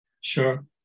Sure